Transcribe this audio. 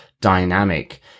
dynamic